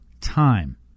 time